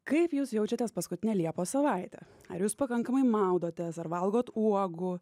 kaip jūs jaučiatės paskutinę liepos savaitę ar jūs pakankamai maudotės ar valgot uogų